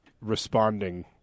responding